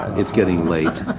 it's getting late.